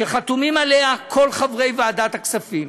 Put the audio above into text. שחתומים עליה כל חברי ועדת הכספים.